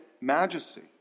majesty